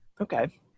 okay